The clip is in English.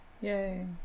Yay